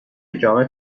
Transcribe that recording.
جامع